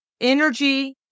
energy